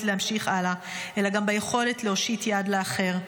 להמשיך הלאה אלא גם ביכולת להושיט יד לאחר.